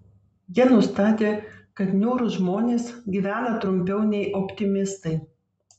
jie nustatė kad niūrūs žmonės gyvena trumpiau nei optimistai